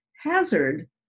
hazard